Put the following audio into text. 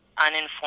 uninformed